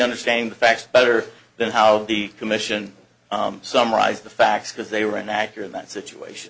understanding the facts better than how the commission summarized the facts because they were an actor in that situation